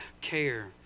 Care